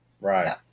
Right